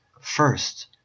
first